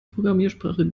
programmiersprache